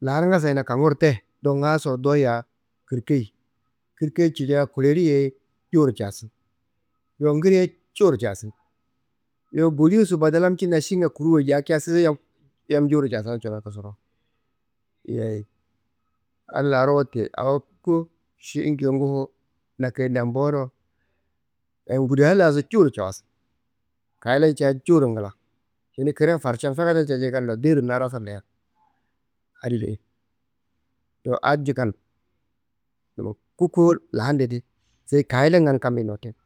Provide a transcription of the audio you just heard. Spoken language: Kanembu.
laan ngasoyi konguro te, do ngaaso doyia kirikeyi. Kirikeyi culia kulili ye cowuro casin. Yowo ngire ye cowuro casin. Yowo ngoleo yeso badagalcin šinga kuru jaakca šišo yam cowuro jawawu kosorowo. Yeyi adi larro, wate awo ko ši ingedi ngufu na ngedian bo do. Dayi ngundaá laso cowuro caasan kayila ngedea cowuro ngla, tendi kirin farcan fefeta jadan nagando dero ndaroyison leyen adi kedi. Yowo adi jingado. Koko laambe di seyi kayilangan kammiyi notin.